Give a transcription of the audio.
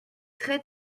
très